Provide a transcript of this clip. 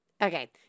okay